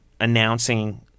announcing